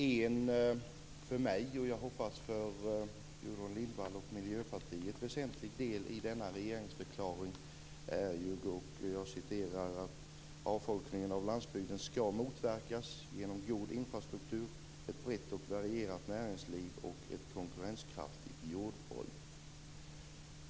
En för mig, och jag hoppas för Gudrun Lindvall och Miljöpartiet, väsentlig del i denna regeringsförklaring är att: "Avfolkningen av landsbygden skall motverkas genom god infrastruktur, ett brett och varierat näringsliv och ett konkurrenskraftigt jordbruk."